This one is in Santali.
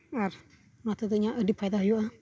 ᱟᱨ ᱚᱱᱟᱛᱮᱫᱚ ᱤᱧᱟᱜ ᱟᱹᱰᱤ ᱯᱷᱟᱭᱫᱟ ᱦᱩᱭᱩᱜᱼᱟ